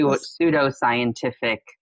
pseudo-scientific